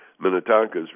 Minnetonka's